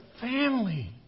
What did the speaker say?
family